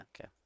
Okay